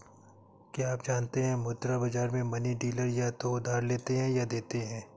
क्या आप जानते है मुद्रा बाज़ार में मनी डीलर या तो उधार लेते या देते है?